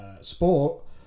sport